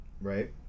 Right